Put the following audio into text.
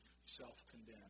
self-condemned